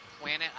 planet